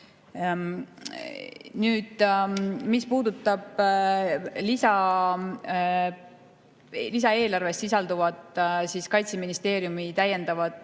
Nüüd, mis puudutab lisaeelarves sisalduvat Kaitseministeeriumi täiendavat